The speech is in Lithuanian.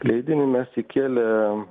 leidinį mes įkėlėm